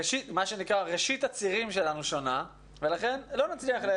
ראשית הצירים שלנו שונה ולכן לא נצליח.